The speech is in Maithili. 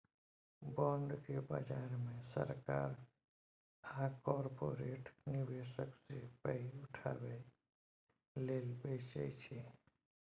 बांड केँ बजार मे सरकार आ कारपोरेट निबेशक सँ पाइ उठाबै लेल बेचै छै